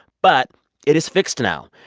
but it is fixed now.